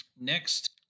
Next